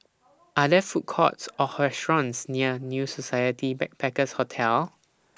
Are There Food Courts Or restaurants near New Society Backpackers' Hotel